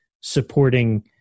supporting